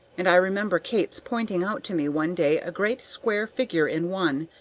and i remember kate's pointing out to me one day a great square figure in one,